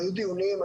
היו דיונים.